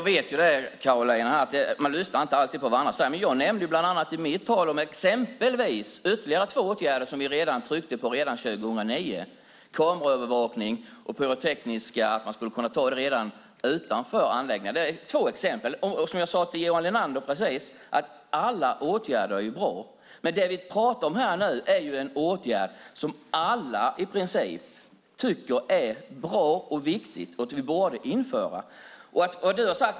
Herr talman! Man lyssnar inte alltid på vad andra säger. I mitt anförande nämnde jag ytterligare två åtgärder som vi föreslog redan 2009, nämligen kameraövervakning och att man skulle kunna beslagta pyrotekniskt material redan utanför anläggningen. Det är två exempel. Som jag just sade till Johan Linander är alla åtgärder bra. Nu pratar vi om en åtgärd som i princip alla tycker att vi borde införa.